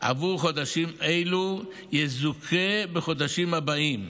עבור חודשים אלו יזוכה בחודשים הבאים,